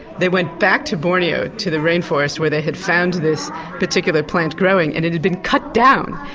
they went back to borneo to the rainforest where they had found this particular plant growing and it had been cut down.